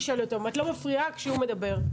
את לא מפריעה כשהוא מדבר.